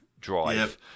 drive